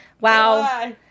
Wow